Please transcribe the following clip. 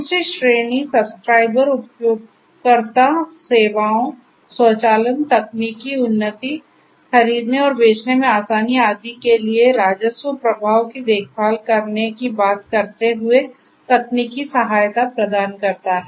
दूसरी श्रेणी सब्सक्राइबर उपयोगकर्ता सेवाओं स्वचालन तकनीकी उन्नति खरीदने और बेचने में आसानी आदि के लिए राजस्व प्रवाह की देखभाल करने की बात करते हुए तकनीकी सहायता प्रदान करता है